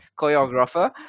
Choreographer